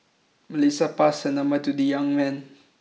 Melissa passed her number to the young man